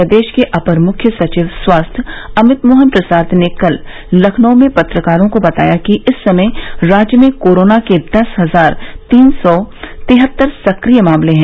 प्रदेश के अपर मुख्य सचिव स्वास्थ्य अमित मोहन प्रसाद ने कल लखनऊ में पत्रकारों को बताया कि इस समय राज्य में कोरोना के दस हजार तीन सौ तिहत्तर सक्रिय मामले हैं